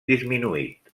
disminuït